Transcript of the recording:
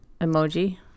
emoji